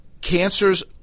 cancers